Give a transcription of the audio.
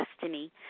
destiny